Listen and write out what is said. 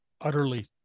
utterly